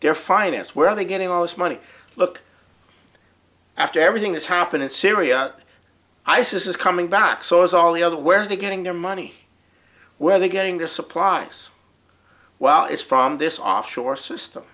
their finance where are they getting all this money look after everything that's happened in syria isis is coming back so is all the other where are they getting their money where they're getting the supplies well it's from this offshore system